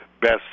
best